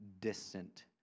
distant